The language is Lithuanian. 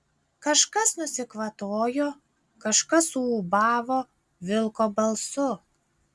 kažkas nusikvatojo kažkas suūbavo vilko balsu